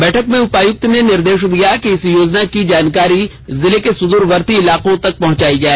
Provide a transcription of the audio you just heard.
बैठक में उपायुक्त ने निर्देश दिया कि इस योजना की जानकारी जिले के सुदूरवर्ती इलाकों तक पहुंचाई जाए